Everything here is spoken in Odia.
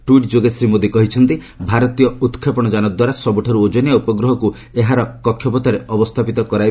ଟ୍ୱିଟ୍ ଯୋଗେ ଶ୍ରୀ ମୋଦି କହିଛନ୍ତି ଭାରତୀୟ ଉତ୍କ୍ଷେପଣ ଯାନଦ୍ୱାରା ସବ୍ରଠାର୍ ଉପଗ୍ରହକ୍ତ ଏହାର କକ୍ଷ ପଥରେ ଅବସ୍ଥାପିତ କରାଇ